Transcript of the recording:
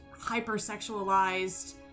hyper-sexualized